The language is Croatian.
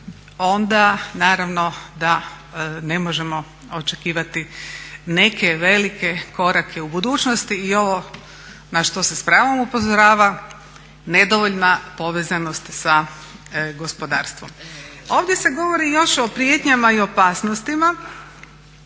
onda naravno da ne možemo očekivati neke velike korake u budućnosti. I ovo na što se s pravom upozorava nedovoljna povezanost sa gospodarstvom. Ovdje se govori još o prijetnjama i opasnostima,